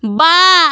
বাঁ